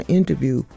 interview